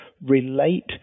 relate